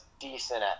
decent